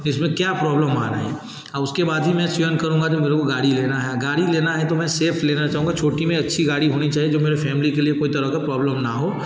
इसमें क्या प्रॉब्लम आ रहे हैं और उसके बाद ही मैं चयन करूँगा कि मेरे को गाड़ी लेना है गाड़ी लेना है तो मैं सेफ़ लेना चाहूँगा छोटी में अच्छी गाड़ी होनी चाहिए जो मेरी फ़ैमिली के लिए कोई तरह का प्रॉब्लम ना हो